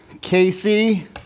Casey